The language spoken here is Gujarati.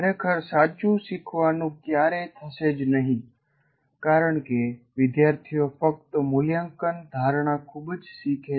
ખરેખર સાચું શીખવાનું ક્યારેય થશેજ નહિ કારણકે વિદ્યાર્થીઓ ફક્ત મુલ્યાંકન ધારણા મુજબ શીખ છે